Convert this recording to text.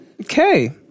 Okay